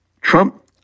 Trump